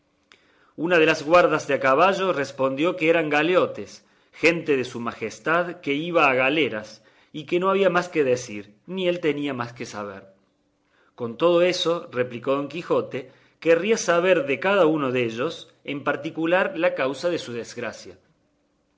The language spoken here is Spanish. una de las guardas de a caballo respondió que eran galeotes gente de su majestad que iba a galeras y que no había más que decir ni él tenía más que saber con todo eso replicó don quijote querría saber de cada uno dellos en particular la causa de su desgracia